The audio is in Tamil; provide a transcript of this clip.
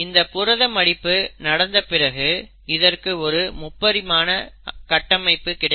இந்த புரத மடிப்பு நடந்த பிறகு இதற்கு ஒரு முப்பரிமாண கட்டமைப்பு கிடைக்கும்